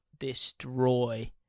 Destroy